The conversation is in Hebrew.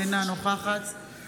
אינה נוכחת בנימין גנץ,